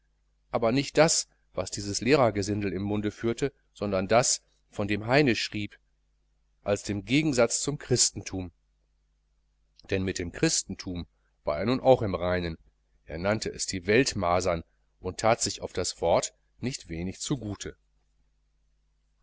aber nicht das was dieses lehrergesindel im munde führte sondern das von dem heine schrieb als dem gegensatz zum christentum denn mit dem christentum war er nun auch im reinen er nannte es die weltmasern und that sich auf das wort nicht wenig zu